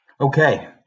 Okay